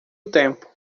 tempo